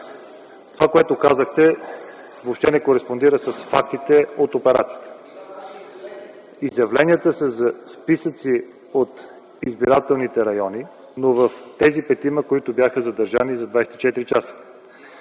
Това, което казахте, въобще не кореспондира с фактите от операцията. Изявленията са за списъци от избирателните райони, но в тези петима, които бяха задържани за 24 часа.